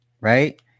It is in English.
right